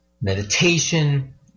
meditation